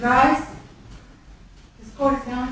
right or not